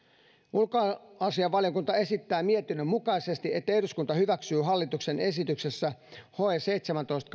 ulkoasiainvaliokunta esittää mietinnön mukaisesti että eduskunta hyväksyy hallituksen esityksessä seitsemäntoista